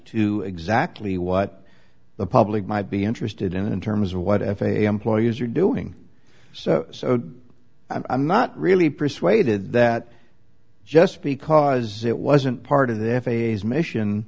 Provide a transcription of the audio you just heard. to exactly what the public might be interested in in terms of what f a a employees are doing so so i'm not really persuaded that just because it wasn't part of their phase mission